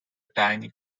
tiny